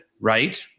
right